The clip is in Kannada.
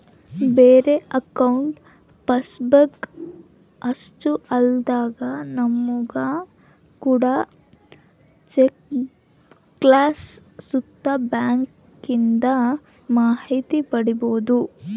ಬರೇ ಅಕೌಂಟ್ ಪಾಸ್ಬುಕ್ ಅಷ್ಟೇ ಅಲ್ದಂಗ ನಮುಗ ಕೋಡೋ ಚೆಕ್ಬುಕ್ಲಾಸಿ ಸುತ ಬ್ಯಾಂಕಿಂದು ಮಾಹಿತಿ ಪಡೀಬೋದು